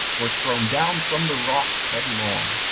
were thrown down from the rock headlong.